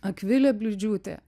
akvilė bliūdžiūtė